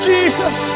Jesus